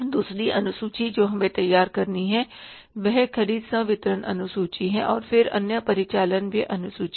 दूसरी अनुसूची जो हमें तैयार करनी है वह ख़रीद संवितरण अनुसूची है और फिर अन्य परिचालन व्यय अनुसूची